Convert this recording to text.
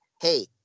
Hey